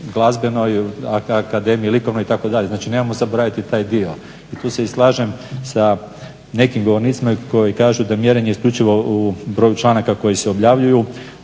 glazbenoj Akademiji i likovnoj itd. Znači, nemojmo zaboraviti i taj dio. Tu se i slažem sa nekim govornicima koji kažu da mjerenje isključivo u broju članaka koji se objavljuju